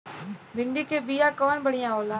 भिंडी के बिया कवन बढ़ियां होला?